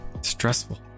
Stressful